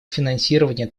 финансирование